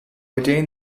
attain